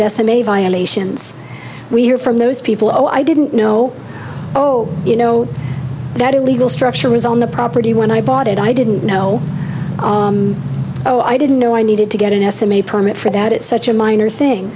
estimate violations we hear from those people oh i didn't know oh you know that illegal structure was on the property when i bought it i didn't know oh i didn't know i needed to get an estimate permit for that at such a minor thing